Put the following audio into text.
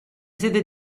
sede